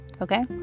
okay